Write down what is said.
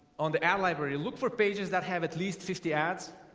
on the air library look for pages that have at least fifty ads